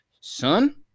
son